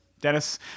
Dennis